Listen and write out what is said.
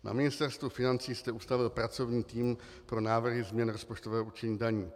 Na Ministerstvu financí jste ustavil pracovní tým pro návrhy změn rozpočtového určení daní.